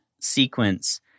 sequence